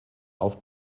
auf